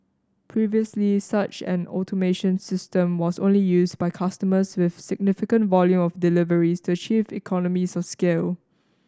previously such an automation system was only used by customers with significant volume of deliveries to achieve economies of scale